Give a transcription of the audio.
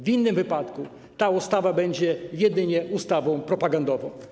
W innym wypadku ta ustawa będzie jedynie ustawą propagandową.